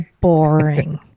boring